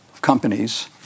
companies